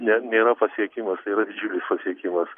ne nėra pasiekimas tai yra pasiekimas